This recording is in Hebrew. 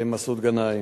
גנאים,